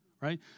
Right